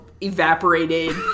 Evaporated